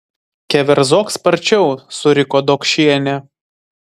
keverzok sparčiau suriko dokšienė